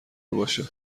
باشه